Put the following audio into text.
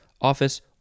office